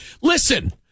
Listen